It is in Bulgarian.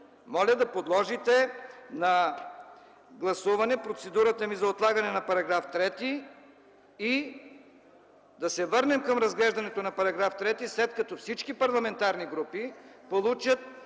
моля да подложите на гласуване процедурата ми за отлагане на § 3 и да се върнем към разглеждането му, след като всички парламентарни групи получат